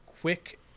quick